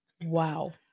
Wow